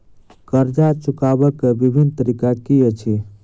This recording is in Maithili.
कर्जा चुकबाक बिभिन्न तरीका की अछि?